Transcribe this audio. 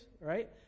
right